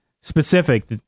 specific